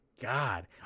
God